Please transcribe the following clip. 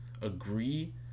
agree